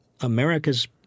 America's